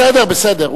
איפה הליכוד?